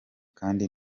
kandi